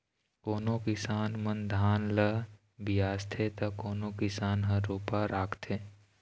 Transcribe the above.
कोनो किसान मन धान ल बियासथे त कोनो किसान ह रोपा राखथे